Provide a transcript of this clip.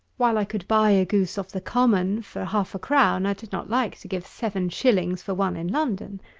while i could buy a goose off the common for half-a-crown, i did not like to give seven shillings for one in london,